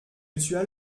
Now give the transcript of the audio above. monsieur